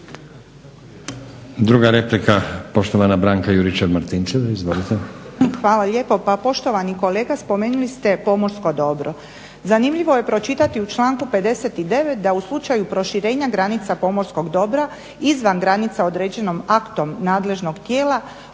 Druga replika, poštovana Branka Juričev-Martinčev. **Juričev-Martinčev, Branka (HDZ)** Hvala lijepo. Pa poštovani kolega spomenuli ste pomorsko dobro. Zanimljivo je pročitati u članku 59 da u slučaju proširenja granica pomorskog dobra izvan granica određenom aktom nadležnog tijela